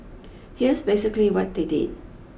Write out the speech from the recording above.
here's basically what they did